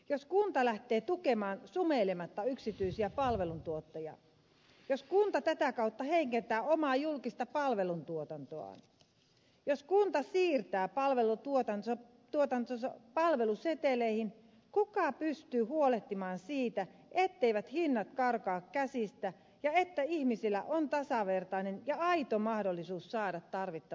jos kunta lähtee tukemaan sumeilematta yksityisiä palveluntuottajia jos kunta tätä kautta heikentää omaa julkista palvelutuotantoaan jos kunta siirtää palvelutuotantonsa palveluseteleihin kuka pystyy huolehtimaan siitä etteivät hinnat karkaa käsistä ja että ihmisillä on tasavertainen ja aito mahdollisuus saada tarvittavat palvelut